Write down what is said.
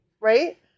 Right